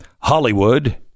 Hollywood